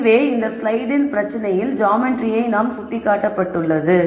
இதுவே இந்த ஸ்லைடில் பிரச்சனையின் ஜாமென்ட்ரி யை சுட்டிக்காட்டப்பட்டுள்ளது